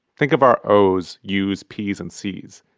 think of our o's, u's, p's and c's.